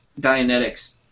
Dianetics